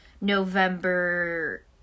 November